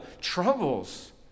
troubles